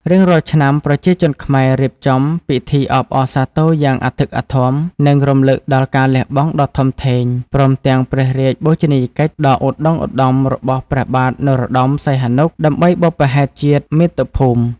រៀងរាល់ឆ្នាំ ប្រជាជនខ្មែររៀបចំពិធីអបអរសាទរយ៉ាងអធិកអធម និងរំឭកដល់ការលះបង់ដ៏ធំធេង ព្រមទាំងព្រះរាជបូជនីយកិច្ចដ៏ឧត្តុង្គឧត្តមរបស់ព្រះបាទនរោត្ដម សីហនុ ដើម្បីបុព្វហេតុជាតិ មាតុភូមិ។